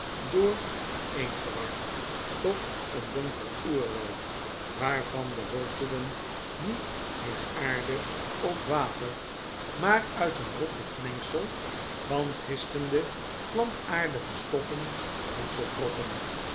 dooreen geward tot een donker oerwoud waarvan de wortelen niet uit aarde of water maar uit een rottend mengsel van gistende de eerste dag plantaardige stoffen voedsel trokken